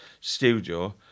studio